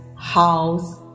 house